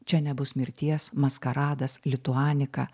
čia nebus mirties maskaradas lituanika